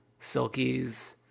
Silkies